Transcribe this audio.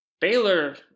Baylor